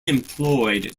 employed